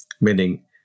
Meaning